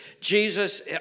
Jesus